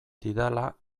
didala